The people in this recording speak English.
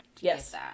Yes